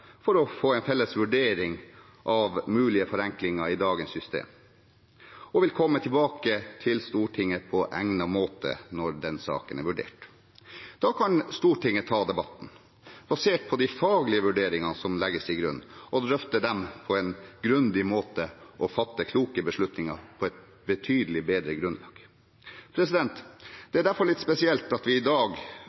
for å få en felles vurdering av mulige forenklinger i dagens system, og vil komme tilbake til Stortinget på egnet måte når den saken er vurdert. Da kan Stortinget ta debatten, basert på de faglige vurderingene som legges til grunn, drøfte dem på en grundig måte og fatte kloke beslutninger på et betydelig bedre grunnlag. Det er derfor litt spesielt at vi i dag